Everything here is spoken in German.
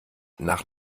nach